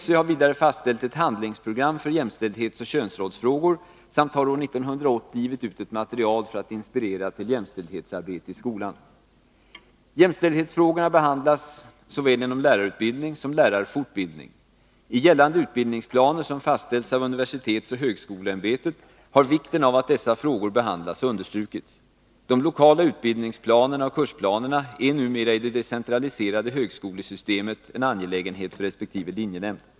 SÖ har vidare fastställt ett handlingsprogram för jämställdhetsoch könsrollsfrågor samt har år 1980 givit ut ett material för att inspirera till jämställdhetsarbete i skolan. Jämställdhetsfrågorna behandlas såväl inom lärarutbildning som inom lärarfortbildning. I gällande utbildningsplaner, som fastställs av universitetsoch högskoleämbetet, har vikten av att dessa frågor behandlas understrukits. 37 De lokala utbildningsplanerna och kursplanerna är numera i det decentraliserade högskolesystemet en angelägenhet för resp. linjenämnd.